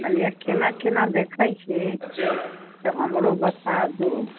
कहलियै केना केना देखैत छी से हमरो बता दू